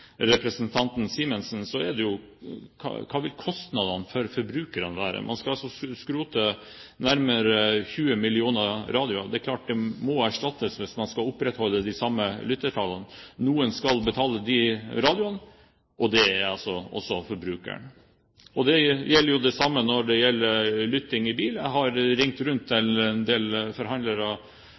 representanten Simensen – hva vil kostnadene for forbrukerne være. Man skal skrote nærmere 20 millioner radioer. Det er klart at de må erstattes hvis man skal opprettholde de samme lyttertallene. Noen skal betale for de radioene, og det er altså også forbrukeren. Det samme gjelder for lytting i bil. Jeg har ringt rundt til en del forhandlere